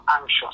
anxious